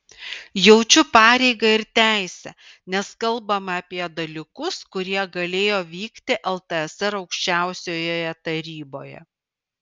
jaučiu pareigą ir teisę nes kalbama apie dalykus kurie galėjo vykti ltsr aukščiausiojoje taryboje